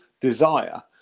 desire